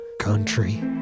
country